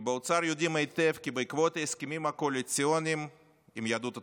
כי באוצר יודעים היטב כי בעקבות ההסכמים הקואליציוניים עם יהדות התורה,